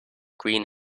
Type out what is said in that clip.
green